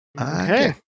Okay